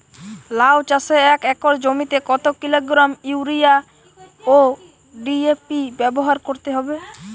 লাউ চাষে এক একর জমিতে কত কিলোগ্রাম ইউরিয়া ও ডি.এ.পি ব্যবহার করতে হবে?